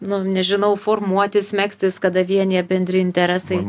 nu nežinau formuotis megztis kada vienija bendri interesai